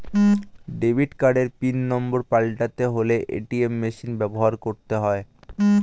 debit কার্ডের pin number পাল্টাতে হলে এ.টি.এম মেশিন ব্যবহার করতে হয়